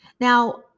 Now